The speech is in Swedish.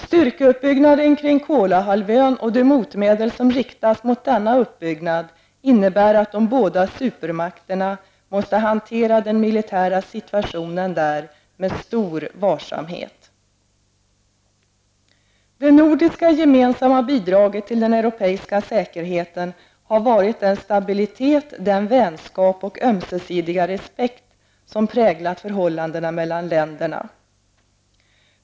Styrkeuppbyggnaden kring Kolahalvön och de motmedel som riktas mot denna uppbyggnad innebär att de båda supermakterna måste hantera den militära situationen där med stor varsamhet. Det nordiska gemensamma bidraget till den europeiska säkerheten har varit den stabilitet, den vänskap och ömsesidiga respekt som präglat förhållandena mellan länderna.